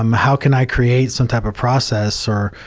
um how can i create some type of process or,